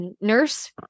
Nurse